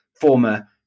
former